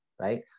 right